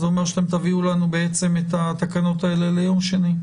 זה אומר שתביאו לנו להארכה את התקנות האלה ליום שני.